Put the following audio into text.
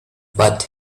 but